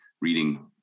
reading